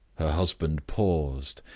her husband paused,